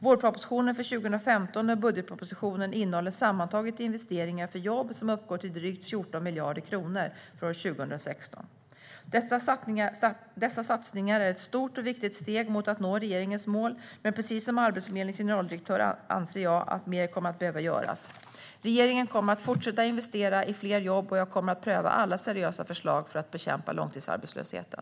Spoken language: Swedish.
Vårpropositionen för 2015 och budgetpropositionen innehåller sammantaget investeringar för jobb som uppgår till drygt 14 miljarder kronor för år 2016. Dessa satsningar är ett stort och viktigt steg mot att nå regeringens mål, men precis som Arbetsförmedlingens generaldirektör anser jag att mer kommer att behöva göras. Regeringen kommer att fortsätta investera i fler jobb. Och jag kommer att pröva alla seriösa förslag för att bekämpa långtidsarbetslösheten.